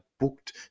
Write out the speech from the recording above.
booked